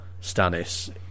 Stannis